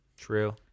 True